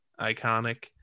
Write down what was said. iconic